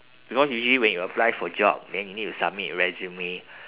because usually when you apply for job then you need to submit resume